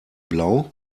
blau